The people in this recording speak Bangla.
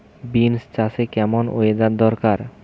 বিন্স চাষে কেমন ওয়েদার দরকার?